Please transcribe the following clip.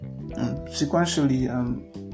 sequentially